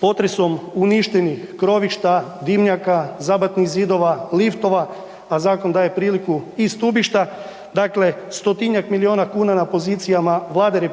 potresom uništenih krovišta, dimnjaka, zabatnih zidova, liftova, a zakon daje priliku i stubišta, dakle 100-tinjak miliona kuna na pozicijama Vlade RH